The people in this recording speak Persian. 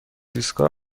ایستگاه